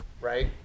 right